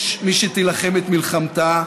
יש מי שתילחם את מלחמתה,